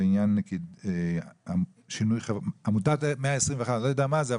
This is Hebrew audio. בעניין עמותת 121. אני לא יודע מה זה,